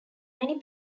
many